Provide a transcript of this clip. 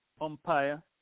umpire